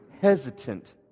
hesitant